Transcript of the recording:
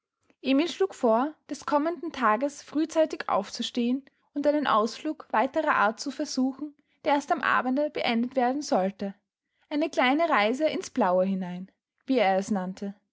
emil schlug vor des kommenden tages frühzeitig aufzustehen und einen ausflug weiterer art zu versuchen der erst am abende beendet werden sollte eine kleine reise in's blaue hinein wie er es nannte